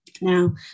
Now